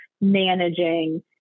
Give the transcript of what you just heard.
managing